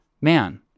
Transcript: Man